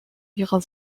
ihrer